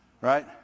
right